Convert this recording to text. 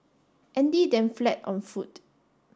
Andy then fled on foot